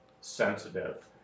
sensitive